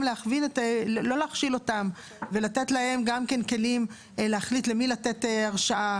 לא להכשיל אותם ולתת להם גם כלים להחליט למי לתת הרשאה